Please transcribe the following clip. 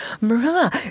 Marilla